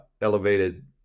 elevated